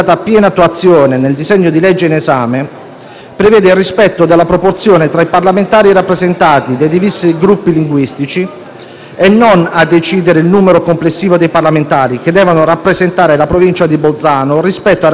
e non a decidere il numero complessivo dei parlamentari che devono rappresentare la Provincia di Bolzano rispetto ai rappresentanti provenienti dalle altre Regioni italiane. Inoltre la misura n. 111 è stata accordata solo con riferimento al Senato.